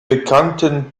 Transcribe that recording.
bekannten